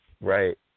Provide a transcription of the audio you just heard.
Right